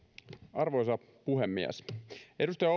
arvoisa puhemies edustaja